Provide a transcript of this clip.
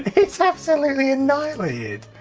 it's absolutely annihilated.